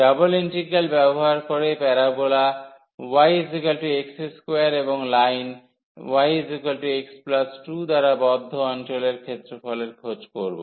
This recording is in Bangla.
ডাবল ইন্টিগ্রাল ব্যবহার করে প্যারাবোলা yx2 এবং লাইন y x 2 দ্বারা বদ্ধ অঞ্চলের ক্ষেত্রফলের খোঁজ করব